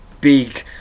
big